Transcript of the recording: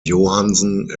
johansen